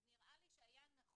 אז נראה לי שהיה נכון